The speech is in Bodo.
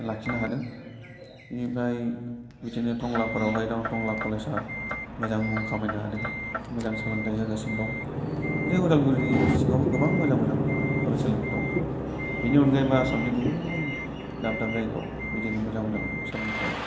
लाखिनो हादों बेनिफ्राय बिदिनो टंलाफोरावहाय दं टंला कलेजआ मोजां मुं खामायनो हादों मोजां सोलोंथाइ होगासिनो दं बिदिनो उदालगुरिनि सिङावबो गोबां मोजां मोजां फरायसालिफोर दं बेनि अनगायैबो आसामनि गुबुन गुबुन दाब दाब जायगायाव बिदिनो मोजां मोजां सोलोंथाइ